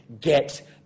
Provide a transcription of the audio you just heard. get